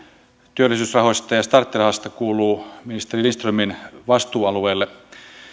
työllisyysrahoista ja starttirahasta kuuluu ministeri lindströmin vastuualueelle